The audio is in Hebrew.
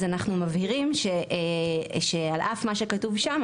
אז אנחנו מבהירים שעל אף מה שכתוב שם,